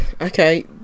okay